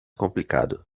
complicado